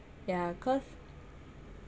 ya because